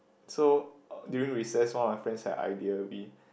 so during recess on of my friends had a idea we